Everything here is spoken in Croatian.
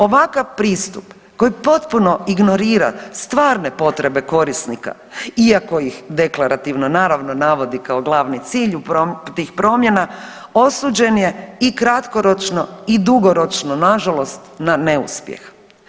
Ovakav pristup koji potpuno ignorira stvarne potrebe korisnika iako ih deklarativno naravno navodi kao glavni cilj tih promjena osuđen je i kratkoročno i dugoročno nažalost na neuspjeh.